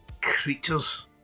creatures